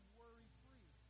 worry-free